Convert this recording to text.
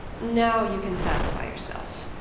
now you can satisfy yourself,